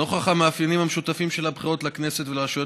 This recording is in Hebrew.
נוכח המאפיינים המשותפים לבחירות לכנסת ולבחירות